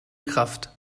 kraft